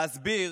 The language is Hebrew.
להסביר